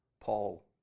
Paul